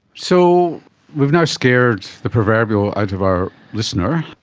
so we've now scared the proverbial out of our listener.